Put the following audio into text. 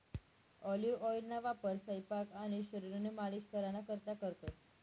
olive ऑइलना वापर सयपाक आणि शरीरनी मालिश कराना करता करतंस